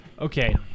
Okay